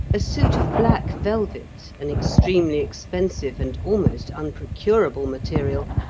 a suit of black velvet, an extremely expensive and almost unprocurable material,